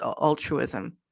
altruism